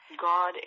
God